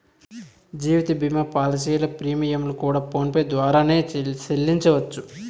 జీవిత భీమా పాలసీల ప్రీమియంలు కూడా ఫోన్ పే ద్వారానే సెల్లించవచ్చు